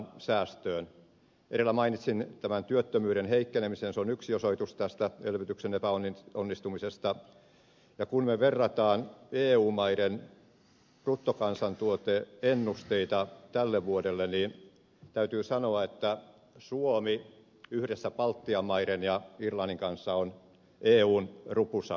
edellä mainitsin tämän työttömyyden heikkenemisen se on yksi osoitus tästä elvytyksen epäonnistumisesta ja kun vertaamme eu maiden bruttokansantuote ennusteita tälle vuodelle niin täytyy sanoa että suomi yhdessä baltian maiden ja irlannin kanssa on eun rupusakkia